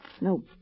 No